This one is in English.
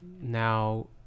Now